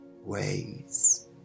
ways